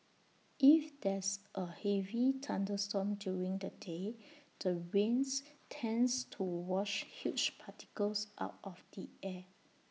if there's A heavy thunderstorm during the day the rains tends to wash huge particles out of the air